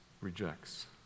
rejects